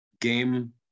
game